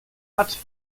hat